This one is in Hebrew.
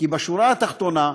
בשורה התחתונה,